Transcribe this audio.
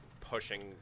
pushing